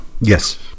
Yes